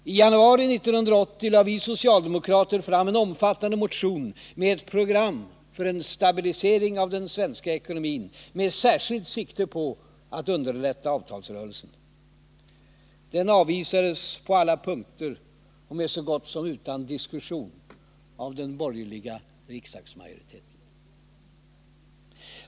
I januari i år lade vi socialdemokrater fram en omfattande motion med ett program för en stabilisering av den svenska ekonomin, med särskilt sikte på att underlätta avtalsrörelsen. Den avvisades på alla punkter, och så gott som utan diskussion, av den borgerliga riksdagsmajoriteten.